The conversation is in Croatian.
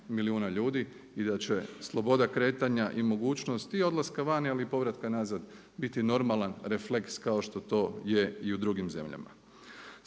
milijuna ljudi. I da će sloboda kretanja i mogućnosti i odlaska van ali i povratka nazad biti normalan refleks kao što to je i u drugim zemljama.